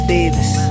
Davis